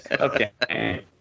Okay